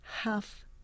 half